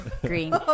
green